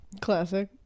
classic